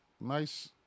Nice